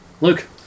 Luke